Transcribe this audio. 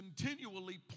continually